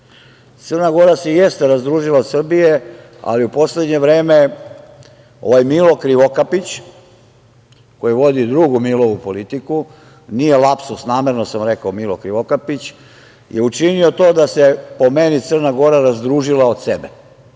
Crna Gora se jeste razdružila od Srbije, ali u poslednje vreme ovaj Milo Krivokapić, koji vodi drugu Milovu politiku, nije lapsus, namerno sam rekao Milo Krivokapić, je učinio to da se, po meni, Crna Gora razdružila od sebe,